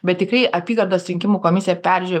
bet tikrai apygardos rinkimų komisija peržiūrėjo